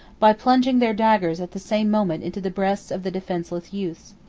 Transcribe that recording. by plunging their daggers at the same moment into the breasts of the defenceless youths.